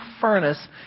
furnace